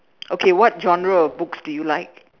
okay what genre of books do you like